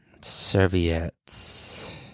Serviettes